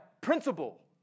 principle